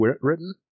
written